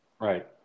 Right